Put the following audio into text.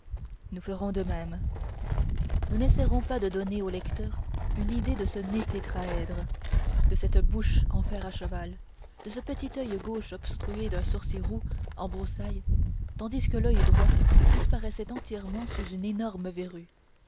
nous ferons de même nous n'essaierons pas de donner au lecteur une idée de ce nez tétraèdre de cette bouche en fer à cheval de ce petit oeil gauche obstrué d'un sourcil roux en broussailles tandis que l'oeil droit disparaissait entièrement sous une énorme verrue